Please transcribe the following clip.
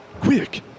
Quick